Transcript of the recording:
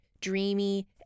dreamy